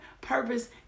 purpose